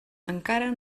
encara